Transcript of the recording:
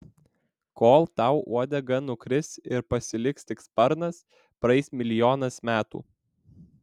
kol tau uodega nukris ir pasiliks tik sparnas praeis milijonas metų